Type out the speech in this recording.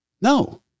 No